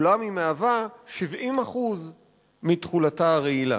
אולם היא מהווה 70% מתכולתה הרעילה.